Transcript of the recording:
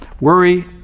worry